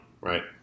Right